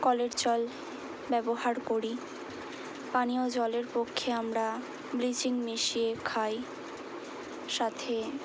কলের জল ব্যবহার করি পানীয় জলের পক্ষে আমরা ব্লিচিং মিশিয়ে খাই সাথে